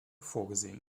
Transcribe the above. vorgesehen